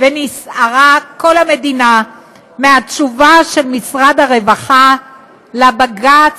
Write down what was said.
ונסערה כל המדינה מהתשובה של משרד הרווחה לבג"ץ,